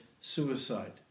suicide